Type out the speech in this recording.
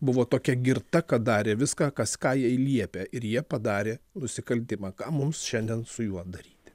buvo tokia girta kad darė viską kas ką jai liepia ir jie padarė nusikaltimą ką mums šiandien su juo daryti